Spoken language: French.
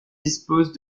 dispose